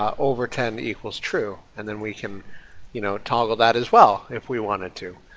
um overten equals true, and then we can you know toggle that as well if we wanted to.